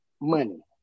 money